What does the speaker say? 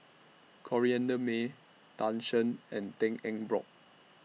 Corrinne May Tan Shen and Tan Eng Bock